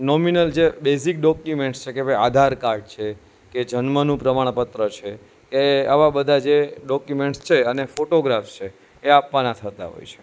nominal જે basic document છે કે આધાર કાર્ડ છે કે જન્મનું પ્રમાણપત્ર છે કે આવા બધા જે ડૉક્યુમેન્ટ્સ છે અને ફોટોગ્રાફ છે એ આપવાના થતા હોય છે